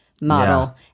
model